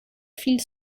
viel